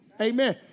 Amen